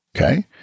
Okay